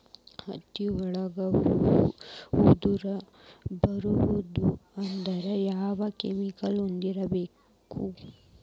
ಹತ್ತಿ ಒಳಗ ಹೂವು ಉದುರ್ ಬಾರದು ಅಂದ್ರ ಯಾವ ಕೆಮಿಕಲ್ ಹೊಡಿಬೇಕು?